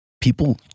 People